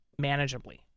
manageably